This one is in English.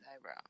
eyebrow